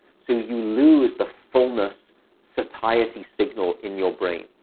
so you lose the fullness satiety signal in your brain.